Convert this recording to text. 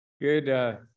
Good